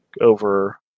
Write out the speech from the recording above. over